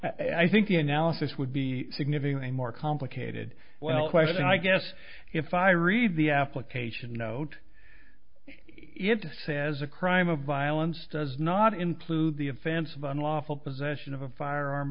sentence i think the analysis would be significantly more complicated well question i guess if i read the application note it says a crime of violence does not include the offense of unlawful possession of a firearm